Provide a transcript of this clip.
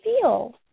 feel